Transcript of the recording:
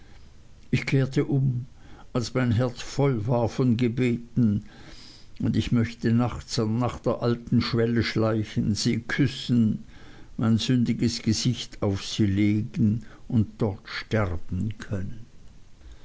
ich kehrte um als mein herz voll war von gebeten ich möchte nachts nach der alten schwelle schleichen sie küssen mein sündiges gesicht auf sie legen und dort sterben können